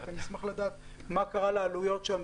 אני אשמח לדעת מה קרה בנושא העלויות.